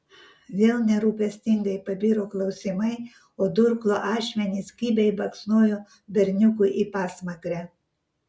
vėl nerūpestingai pabiro klausimai o durklo ašmenys kibiai baksnojo berniukui į pasmakrę